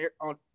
on